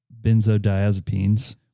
benzodiazepines